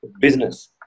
Business